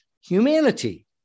humanity